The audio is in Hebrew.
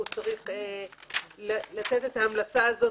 הוא צריך לתת את ההמלצה הזו